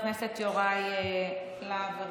חבר הכנסת יוראי להב הרצנו,